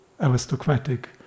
aristocratic